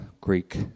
Greek